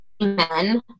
men